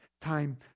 time